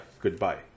Goodbye